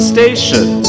Station